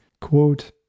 quote